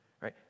right